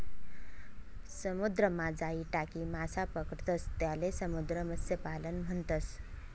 समुद्रमा जाई टाकी मासा पकडतंस त्याले समुद्र मत्स्यपालन म्हणतस